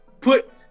put